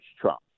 Trump